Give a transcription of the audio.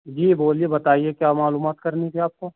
جی بولیے بتائیے کیا معلومات کرنی تھی آپ کو